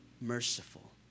merciful